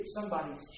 somebody's